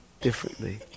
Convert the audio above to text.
differently